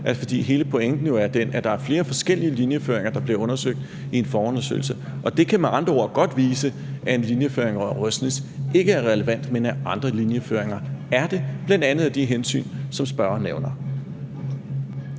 For hele pointen er jo den, at der er flere forskellige linjeføringer, der bliver undersøgt i en forundersøgelse, og det kan med andre ord godt vise, at en linjeføring over Røsnæs ikke er relevant, men at andre linjeføringer er det, bl.a. af de hensyn, som spørgeren nævner.